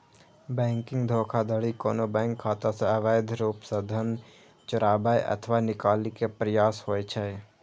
banking धोखाधड़ी कोनो bank खाता सं अवैध रूप सं धन चोराबै अथवा निकाले के प्रयास होइ छै